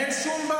אין שום בעיה.